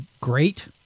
great